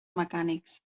mecànics